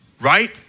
right